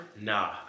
Nah